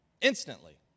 Instantly